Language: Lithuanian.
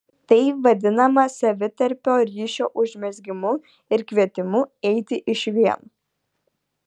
tai vadinama savitarpio ryšio užmezgimu ir kvietimu eiti išvien